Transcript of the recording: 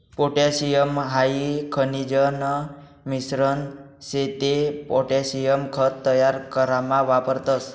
potassium high खनिजन मिश्रण शे ते पोटॅशियम खत तयार करामा वापरतस